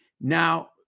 Now